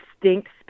distinct